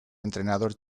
entrenador